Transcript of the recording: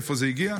מאיפה זה הגיע.